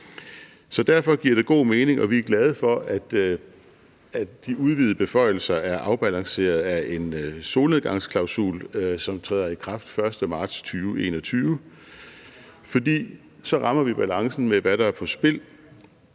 Derfor giver det god mening. Vi er glade for, at de udvidede beføjelser er afbalanceret af en solnedgangsklausul, som træder i kraft den 1. marts 2021, for så rammer vi balancen med, hvad der er på spil.